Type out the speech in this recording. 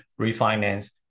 refinance